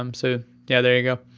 um so yeah there you go.